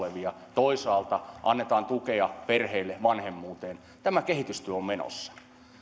alla olevia toisaalta annetaan tukea perheille vanhemmuuteen tämä kehitystyö on menossa